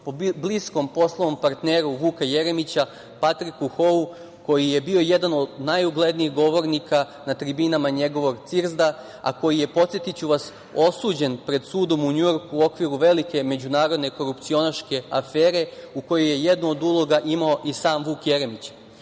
po bliskom poslovnom partneru Vuka Jeremića, Patriku Hou koji je bio jedan od najuglednijih govornika na tribinama njegovog CIRSD-a, a koji je, podsetiću vas, osuđen pred sudom u Njujorku u okviru velike međunarodne korupcionaške afere, u kojoj je jednu od uloga imao i sam Vuk